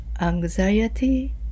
anxiety